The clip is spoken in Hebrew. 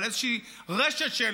אבל איזושהי רשת של